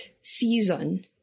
season